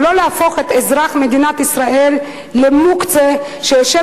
אבל לא להפוך את אזרח מדינת ישראל למוקצה שיושב